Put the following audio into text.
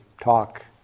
talk